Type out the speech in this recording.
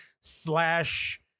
slash